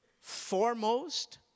foremost